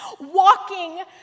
Walking